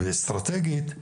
אסטרטגית,